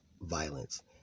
violence